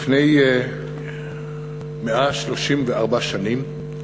לפני 134 שנים,